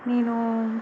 నేను